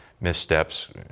missteps